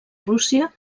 rússia